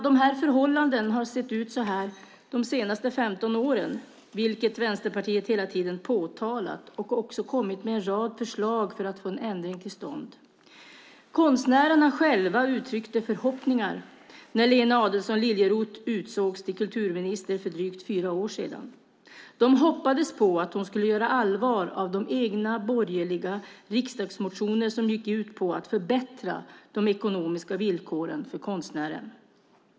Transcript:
De här förhållandena har sett ut så här de senaste 15 åren, vilket Vänsterpartiet hela tiden påtalat. Vi har också kommit med en rad förslag för att få en ändring till stånd. Konstnärerna själva uttryckte förhoppningar när Lena Adelsohn Liljeroth utsågs till kulturminister för drygt fyra år sedan. De hoppades att hon skulle göra allvar av de egna borgerliga riksdagsmotioner som gick ut på att förbättra de ekonomiska villkoren för konstnärer.